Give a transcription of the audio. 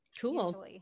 Cool